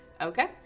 Okay